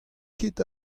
ket